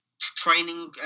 training